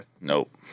Nope